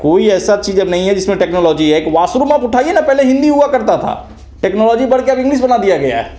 कोई ऐसी चीज़ अब नहीं है जिसमें टेक्नोलॉजी है एक वास्रूम का आप उठाइए ना पहले हिन्दी हुआ करता था टेक्नोलॉजी बढ़ करके अब इंग्लिश बना दिया गया